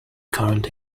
current